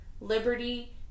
liberty